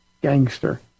gangster